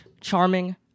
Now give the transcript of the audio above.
charming